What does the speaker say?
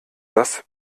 das